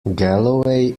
galloway